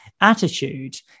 attitude